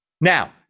Now